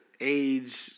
age